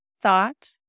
thought